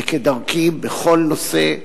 וכדרכי בכל נושא,